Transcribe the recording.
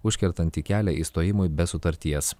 užkertantį kelią išstojimui be sutarties